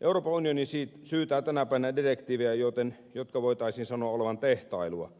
euroopan unioni syytää tänä päivänä direktiivejä joiden voitaisiin sanoa olevan tehtailua